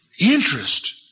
interest